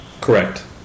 Correct